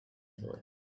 toy